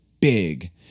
big